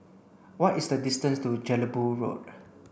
what is the distance to Jelebu Road